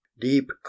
deep